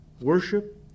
Worship